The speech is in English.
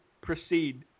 proceed